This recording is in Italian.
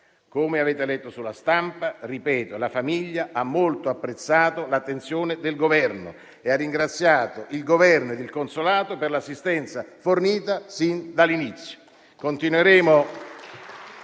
Come avete letto sulla stampa, ripeto, la famiglia ha molto apprezzato l'attenzione del Governo e ha ringraziato il Governo e il consolato per l'assistenza fornita sin dall'inizio.